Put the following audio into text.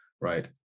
right